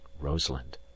rosalind